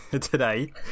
Today